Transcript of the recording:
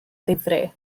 ddifrif